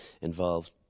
involved